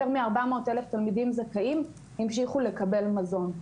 מ-400,000 תלמידים זכאים המשיכו לקבל מזון.